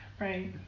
right